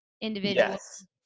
individuals